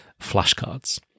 flashcards